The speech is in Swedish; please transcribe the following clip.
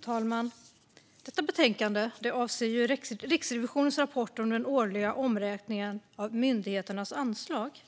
Fru talman! Detta betänkande avser Riksrevisionens rapport om den årliga omräkningen av myndigheternas anslag,